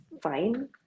fine